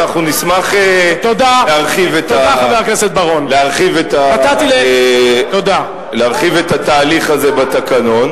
אנחנו נשמח להרחיב את התהליך הזה בתקנון.